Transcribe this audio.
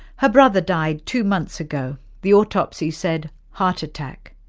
her brother died two months ago, the autopsy said heart attack,